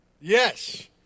Yes